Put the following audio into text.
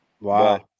Wow